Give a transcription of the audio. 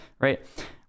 Right